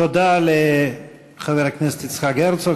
תודה לחבר הכנסת יצחק הרצוג.